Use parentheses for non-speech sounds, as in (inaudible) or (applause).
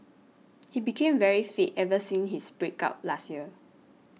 (noise) he became very fit ever since his break up last year